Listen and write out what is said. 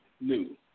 new